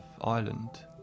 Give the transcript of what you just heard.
Ireland